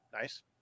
Nice